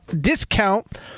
discount